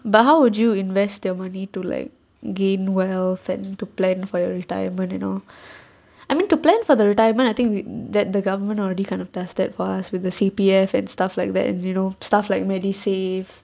but how would you invest the money to like gain wealth like need to plan for your retirement and all I mean to plan for the retirement I think we that the government already kind of does that for us with the C_P_F and stuff like that and you know stuff like MediSave